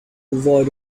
avoid